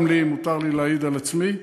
גם לי, אם מותר לי להעיד על עצמי,